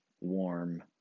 warm